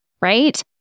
right